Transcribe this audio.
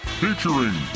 featuring